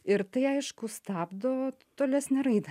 ir tai aišku stabdo tolesnę raidą